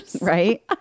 right